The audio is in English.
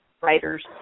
Writers